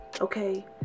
Okay